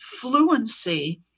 fluency